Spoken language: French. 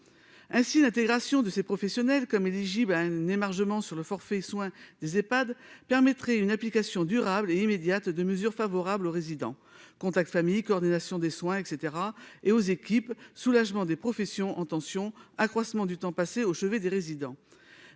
Ainsi, l'intégration de ces professions dans le champ du forfait soins des Ehpad permettrait une application durable et immédiate de mesures favorables aux résidents- contact avec les familles, coordination des soins, etc. -et aux équipes- soulagement des professions en tension ou encore accroissement du temps passé au chevet des résidents.